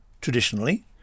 traditionally